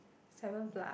seven plus